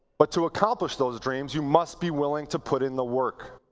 but to accomplish those dreams you must be willing to put in the work.